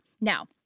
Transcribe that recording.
Now